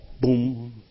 Boom